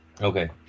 Okay